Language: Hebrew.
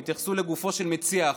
הם התייחסו לגופו של מציע החוק,